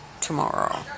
tomorrow